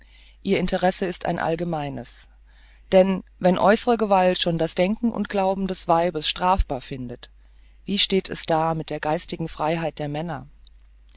ihr interesse ist ein allgemeines denn wenn äußere gewalt schon das denken und glauben des weibes strafbar findet wie steht es da mit der geistigen freiheit der männer